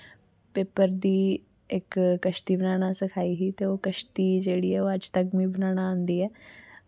paper दी इक कश्ती बनाना सखाई ही ते ओह् कश्ती ते ओह् कश्ती मिगी अज तक बनाना आंदी ऐ